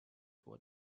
vor